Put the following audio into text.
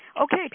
Okay